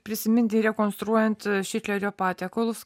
prisiminti rekonstruojant šilerio patiekalus